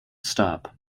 stop